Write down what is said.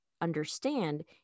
understand